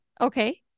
Okay